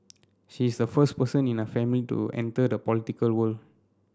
she is the first person in her family to enter the political world